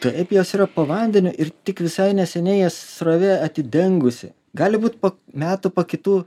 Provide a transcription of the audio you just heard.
taip jos yra po vandeniu ir tik visai neseniai jas srovė atidengusi gali būt po metų po kitų